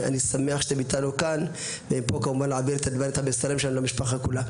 אני שמח שאתם איתנו כאן פה כמובן להעביר את המסרים של המשפחה כולה.